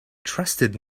trusted